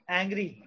angry